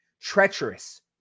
treacherous